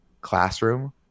classroom